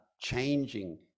changing